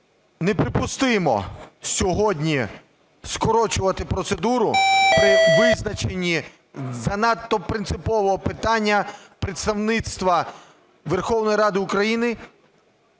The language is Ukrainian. неприпустимо сьогодні скорочувати процедуру при визначені занадто принципового питання – представництва Верховної Ради України